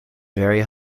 very